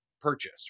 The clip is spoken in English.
purchase